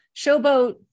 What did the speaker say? Showboat